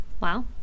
Wow